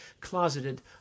closeted